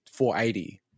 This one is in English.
480